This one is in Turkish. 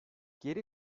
geri